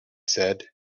said